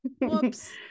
Whoops